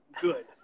good